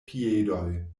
piedoj